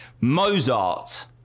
Mozart